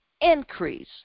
increase